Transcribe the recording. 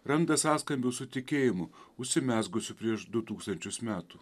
randa sąskambių su tikėjimu užsimezgusiu prieš du tūkstančius metų